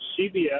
CBS